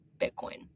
Bitcoin